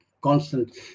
constant